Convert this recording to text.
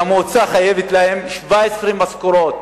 והמועצה חייבת להם 17 משכורות.